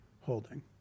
holding